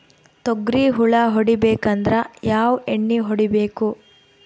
ತೊಗ್ರಿ ಹುಳ ಹೊಡಿಬೇಕಂದ್ರ ಯಾವ್ ಎಣ್ಣಿ ಹೊಡಿಬೇಕು?